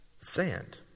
sand